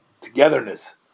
togetherness